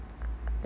like